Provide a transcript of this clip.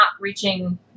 reaching